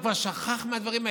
ליברמן כבר שכח מהדברים האלה,